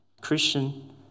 Christian